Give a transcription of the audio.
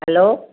hello